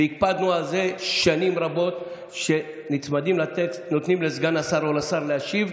הקפדנו שנים רבות על כך שנצמדים לטקסט ונותנים לסגן השר או לשר להשיב,